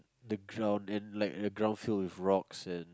the ground and like the ground filled with rocks and